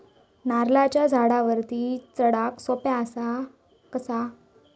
नारळाच्या झाडावरती चडाक सोप्या कसा?